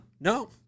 no